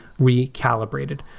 recalibrated